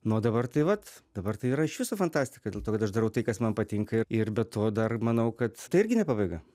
nu o dabar tai vat dabar tai yra iš viso fantastika dėl to kad aš darau tai kas man patinka ir be to dar manau kad tai irgi ne pabaiga